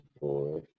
boy